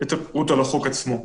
את הפירוט על החוק עצמו.